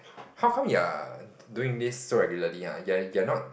how come you're doing this so regularly !huh! you are you are not